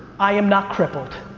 i am not crippled.